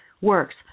works